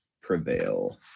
prevail